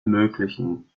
möglichen